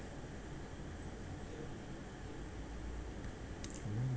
mm